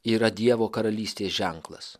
yra dievo karalystės ženklas